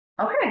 Okay